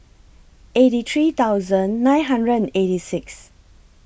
eight three nine hundred and eighty six